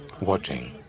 watching